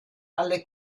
alle